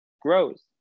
grows